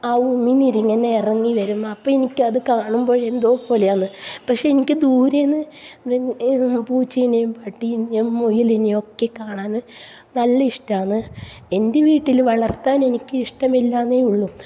ആ ഉമിനീര് ഇങ്ങനെ ഇറങ്ങിവരും അപ്പോൾ എനിക്കത് കാണുമ്പോൾ എന്തൊപോലെയാണ് പക്ഷേ എനിക്ക് ദൂരെന്ന് പൂച്ചെനെം പട്ടീനെം മുയലിനെയൊക്കെ കാണാൻ നല്ല ഇഷ്ടാന്ന് എൻ്റെ വീട്ടിൽ വളർത്താൻ എനിക്ക് ഇഷ്ടമില്ലാന്നെയുള്ളു